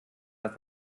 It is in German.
hat